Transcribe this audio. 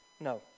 No